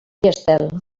estel